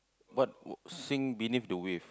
what sing beneath the width